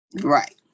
Right